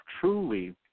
truly